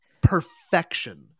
perfection